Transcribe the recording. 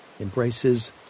embraces